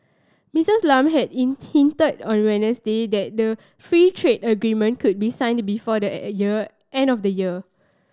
Missus Lam had in hinted on Wednesday that the free trade agreement could be signed before the year end of the year